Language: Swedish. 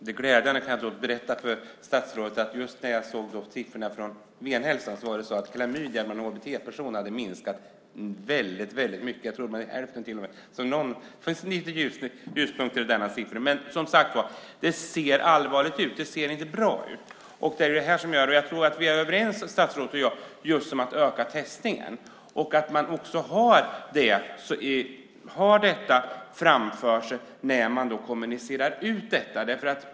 Fru talman! Jag kan tala om för statsrådet att enligt glädjande siffror jag fick från Venhälsan hade klamydian bland HBT-personer minskat mycket, jag tror med upp till hälften. Det finns alltså lite ljuspunkter i detta. Men det ser som sagt allvarligt ut. Det ser inte bra ut. Jag förstår att statsrådet och jag är överens om att öka testningen och om det viktiga i att man kommunicerar detta.